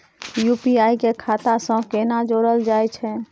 UPI के खाता सं केना जोरल जाए छै?